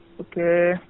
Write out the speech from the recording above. Okay